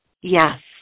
yes